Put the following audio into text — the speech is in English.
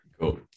Cool